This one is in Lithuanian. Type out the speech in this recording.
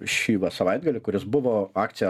šį savaitgalį kuris buvo akcija